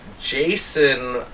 Jason